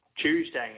Tuesday